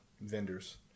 vendors